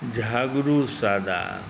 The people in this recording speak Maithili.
झगड़ू सदाए